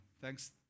Thanks